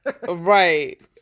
Right